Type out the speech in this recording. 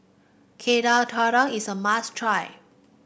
dadar is a must try